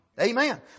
Amen